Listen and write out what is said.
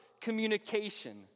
Communication